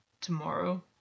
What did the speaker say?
Tomorrow